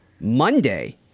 Monday